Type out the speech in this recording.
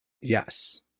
Yes